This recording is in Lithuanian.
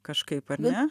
kažkaip ar ne